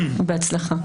בהצלחה.